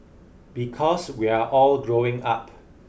because we're all growing up